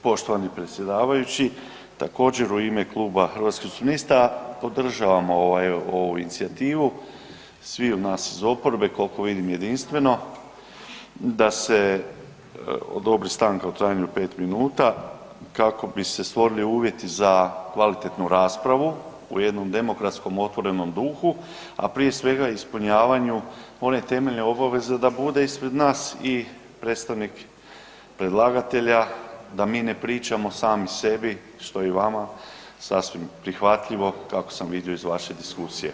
Poštovani predsjedavajući, također u ime Kluba Hrvatskih suverenista podržavamo ovu inicijativu, svi od nas iz oporbe kolko vidim jedinstveno da se odobri stanka u trajanju od 5 minuta kako bi se stvorili uvjeti za kvalitetnu raspravu u jednom demokratskom otvorenom duhu, a prije svega ispunjavanju one temeljne obaveze da bude ispred nas i predstavnik predlagatelja da mi ne pričamo sami sebi, što je i vama sasvim prihvatljivo kako sam vidio iz vaše diskusije.